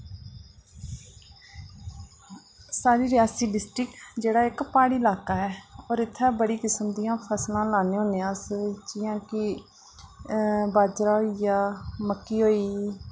सारी रियासी डिस्ट्रिक जेह्ड़ा इक प्हाड़ी इलाका ऐ और इत्थै बड़ी किस्म दि'यां फसलां लान्ने होन्ने अस जि'यां कि बाजरा होइया मक्की होई